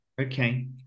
Okay